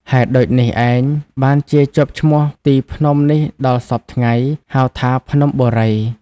ហេតុដូចនេះឯង បានជាជាប់ឈ្មោះទីភ្នំនេះដល់សព្វថ្ងៃ ហៅថា "ភ្នំបូរី" ។